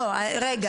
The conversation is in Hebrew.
רגע.